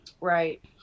Right